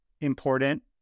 important